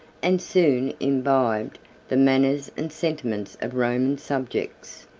and soon imbibed the manners and sentiments of roman subjects.